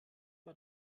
war